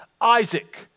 Isaac